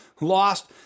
lost